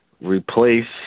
replace